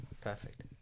perfect